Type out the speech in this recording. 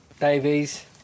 Davies